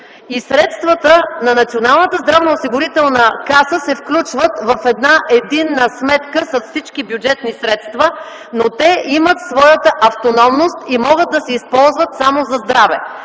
и средствата на Националната здравноосигурителна каса се включват в една единна сметка с всички бюджетни средства, но те имат своята автономност и могат да се използват само за здраве.